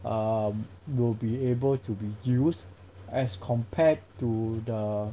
um you will be able to be used as compared to the